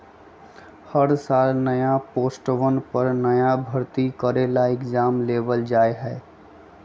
हर साल नया पोस्टवन पर नया भर्ती करे ला एग्जाम लेबल जा हई